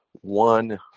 one